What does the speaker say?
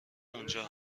اونجا